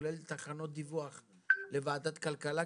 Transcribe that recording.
וכולל תחנות דיווח לוועדת כלכלה,